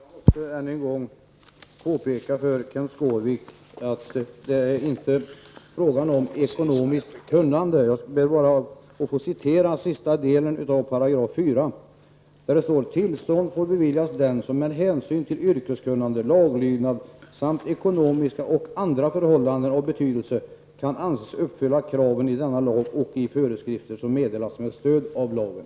Herr talman! Jag måste än en gång påpeka för Kenth Skårvik att det inte är fråga om ekonomiskt kunnande. Jag ber att få citera sista delen av 4 §: ''Tillstånd får beviljas den som med hänsyn till yrkeskunnande, laglydnad samt ekonomiska och andra förhållanden av betydelse kan anses uppfylla kraven i denna lag och i föreskrifter som meddelats med stöd av lagen.''